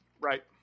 Right